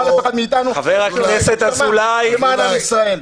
על אף אחד מאיתנו --- למען ישראל.